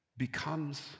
becomes